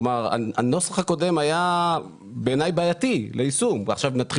כלומר, הנוסח הקודם היה בעייתי ליישום ועכשיו נעשה